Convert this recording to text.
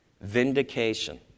vindication